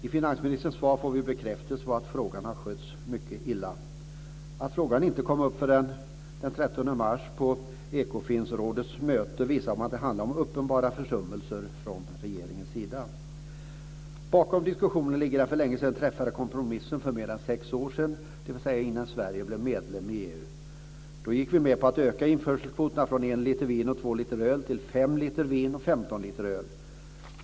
I finansministerns svar får vi bekräftelse på att frågan har skötts mycket illa. Att frågan inte kom upp förrän den 13 mars på Ekofinrådets möte visar att det handlar om uppenbara försummelser från regeringens sida. Bakom diskussionen ligger den för länge sedan träffade kompromissen för mer än sex år sedan, dvs. innan Sverige blev medlem i EU. Då gick vi med på att öka införselkvoterna från 1 liter vin och 2 liter öl till 5 liter vin och 15 liter öl.